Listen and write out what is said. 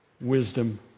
wisdom